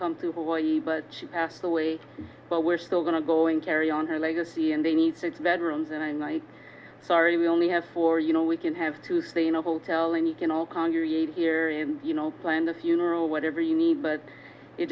through but she passed away but we're still going to go and carry on her legacy and they need six bedrooms and i already we only have four you know we can have to stay in a hotel and you can all congregate here and you know plan the funeral whatever you need but it